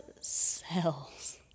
cells